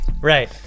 Right